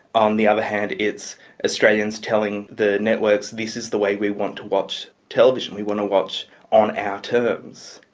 on the other hand it's australians telling the networks this is the way we want to watch television. we want to watch on our terms.